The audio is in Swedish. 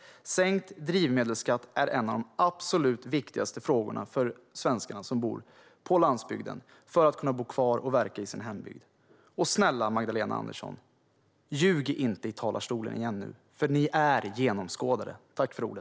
Sänkt drivmedelsskatt är en av de absolut viktigaste frågorna för de svenskar som bor på landsbygden så att de kan bo kvar och verka i sin hembygd. Snälla, Magdalena Andersson, ljug inte i talarstolen igen nu! Ni är genomskådade.